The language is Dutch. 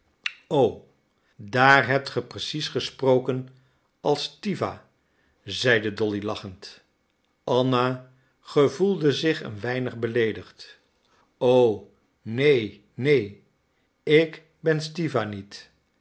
o daar hebt ge precies gesproken als stiwa zeide dolly lachend anna gevoelde zich een weinig beleedigd o neen neen ik ben stiwa niet